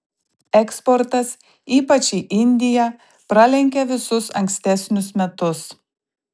eksportas ypač į indiją pralenkia visus ankstesnius metus